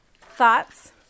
thoughts